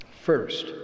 First